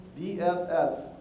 BFF